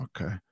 okay